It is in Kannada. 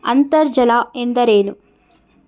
ಅಂತರ್ಜಲ ಎಂದರೇನು?